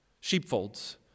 sheepfolds